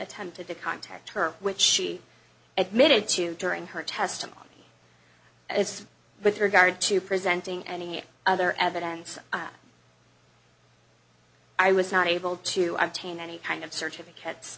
attempted to contact her which she admitted to during her testimony as with regard to presenting any other evidence i was not able to obtain any kind of certificates